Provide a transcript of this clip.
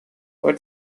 what